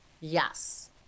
yes